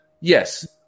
Yes